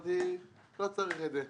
אמרתי, לא צריך את זה.